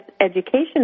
education